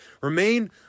remain